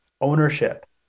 ownership